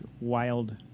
wild